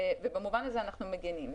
ובמובן הזה אנחנו מגינים.